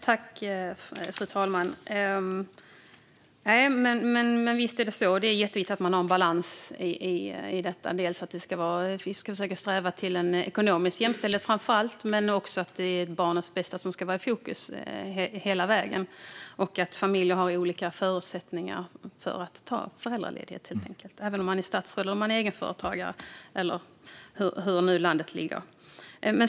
Fru talman! Visst är det jätteviktigt att ha en balans i detta. Vi ska dels sträva efter ekonomisk jämställdhet, framför allt, dels att barnets bästa ska vara i fokus hela tiden. Man har olika förutsättningar att ta ut föräldraledighet, oavsett om man är statsråd eller egenföretagare.